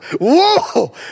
Whoa